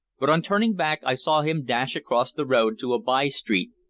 but on turning back i saw him dash across the road to a by-street,